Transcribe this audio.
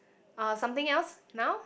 uh something else now